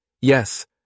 Yes